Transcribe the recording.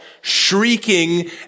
shrieking